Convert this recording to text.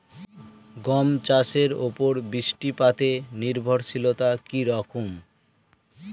গম চাষের উপর বৃষ্টিপাতে নির্ভরশীলতা কী রকম?